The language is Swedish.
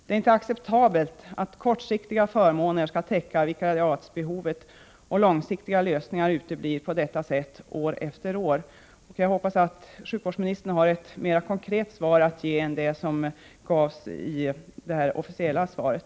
Det är inte acceptabelt att man med kortsiktiga förmåner söker täcka behovet av vikarier och att långsiktiga lösningar uteblir på detta sätt år efter år. Jag hoppas att sjukvårdsministern har ett mer konkret besked att ge än det som gavs i det skriftliga svaret.